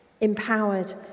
empowered